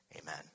Amen